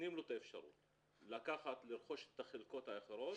נותנים לו את האפשרות לרכוש את החלקות האחרות